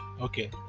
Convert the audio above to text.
okay